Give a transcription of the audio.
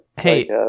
Hey